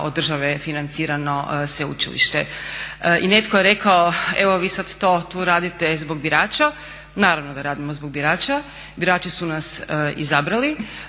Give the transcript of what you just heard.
od države financirano sveučilište. I netko je rekao evo vi sada to tu radite zbog birača, naravno da radimo zbog birača, birači su nas izabrali,